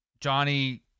Johnny